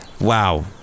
Wow